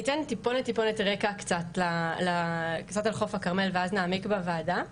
טיפונת רקע קצת על חוף הכרמל ואז נעמיק בוועדה.